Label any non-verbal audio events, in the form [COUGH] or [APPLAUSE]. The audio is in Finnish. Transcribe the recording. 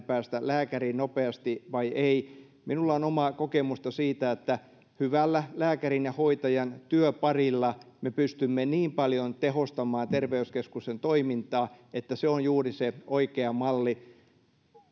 [UNINTELLIGIBLE] päästä lääkäriin nopeasti vai ei minulla on omaa kokemusta siitä että hyvällä lääkärin ja hoitajan työparilla me pystymme niin paljon tehostamaan terveyskeskusten toimintaa että se on juuri se oikea malli